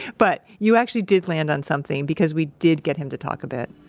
but, you actually did land on something, because we did get him to talk about